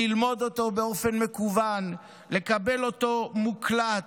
ללמוד אותו באופן מקוון, לקבל אותו מוקלט,